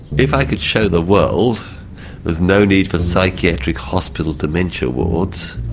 if i could show the world there's no need for psychiatric hospital dementia wards,